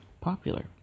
popular